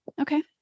Okay